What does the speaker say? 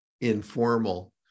informal